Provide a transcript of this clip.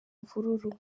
mvururu